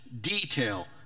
detail